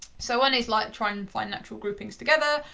so one is like trying to find natural groupings together,